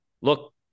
Look